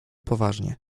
poważnie